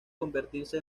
convertirse